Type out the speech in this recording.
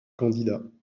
candidat